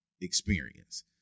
experience